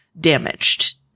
damaged